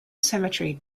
cemetery